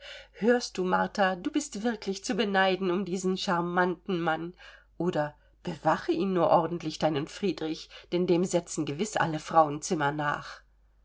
hörst du martha du bist wirklich zu beneiden um diesen charmanten mann oder bewache ihn nur ordentlich deinen friedrich denn dem setzen gewiß alle frauenzimmer nach